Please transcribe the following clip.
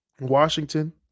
Washington